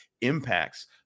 impacts